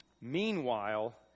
Meanwhile